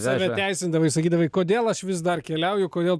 save teisindavai sakydavai kodėl aš vis dar keliauju kodėl